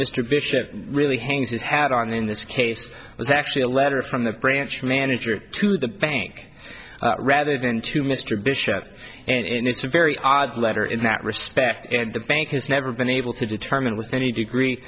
bishop really hangs his hat on in this case was actually a letter from the branch manager to the bank rather than to mr bishop and it's a very odd letter in that respect and the bank has never been able to determine with any degree